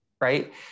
right